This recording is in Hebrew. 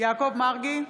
יעקב מרגי,